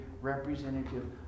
representative